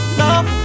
love